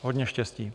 Hodně štěstí.